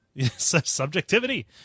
subjectivity